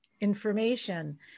information